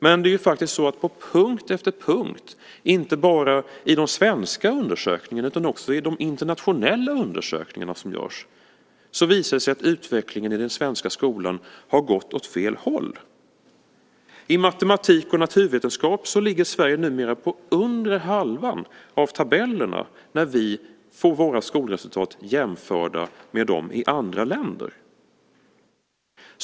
Men det är ju faktiskt så att på punkt efter punkt, inte bara i de svenska undersökningarna utan också i de internationella undersökningar som görs, så visar det sig att utvecklingen i den svenska skolan har gått åt fel håll. I matematik och naturvetenskap ligger Sverige numera på undre halvan av tabellerna när vi får våra skolresultat jämförda med dem i andra länder.